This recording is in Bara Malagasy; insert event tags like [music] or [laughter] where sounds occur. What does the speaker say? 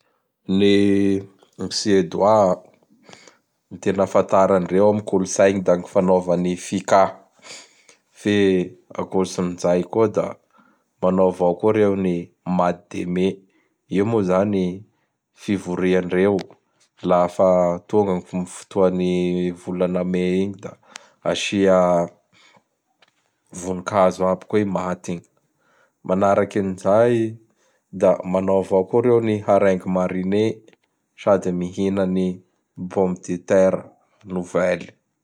Ny gn Suédois, [noise] ny tena afatara andreo am kolotsagny da gny fanaova gn Fikà, [noise] fe akôtsin zay koa da manao avao koa reo ny mademé. Io moa zany fivoriandreo [noise] lafa tonga gn fotoany volana Mai igny, da [noise] asia vonikazo aby ko i maty igny. Manaraky an'izay, da manao avao koa reo ny marengy mariné sady mihina ny pomme de terre novely. [noise]